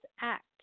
act